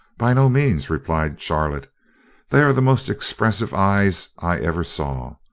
by no means, replied charlotte they are the most expressive eyes i ever saw.